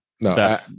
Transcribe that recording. no